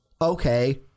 Okay